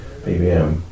BBM